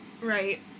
right